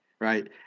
right